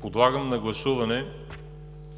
Подлагам на гласуване